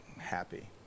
Happy